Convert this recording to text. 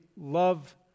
love